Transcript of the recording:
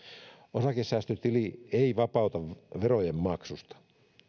osakesäästötili ei vapauta verojen maksusta